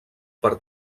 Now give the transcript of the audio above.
per